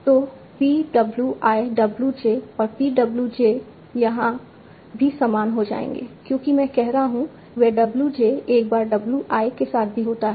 तो P w I w j और P w j यहां भी समान हो जाएंगे क्योंकि मैं कह रहा हूं वह w j एक बार w i के साथ भी होता है